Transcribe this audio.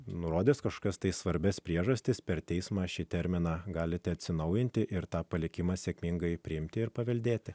nurodęs kažkokias tai svarbias priežastis per teismą šį terminą galite atsinaujinti ir tą palikimą sėkmingai priimti ir paveldėti